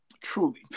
Truly